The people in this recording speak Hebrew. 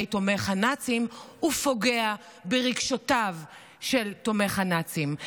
תומך הנאצים ופוגע ברגשותיו של תומך הנאצים.